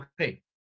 okay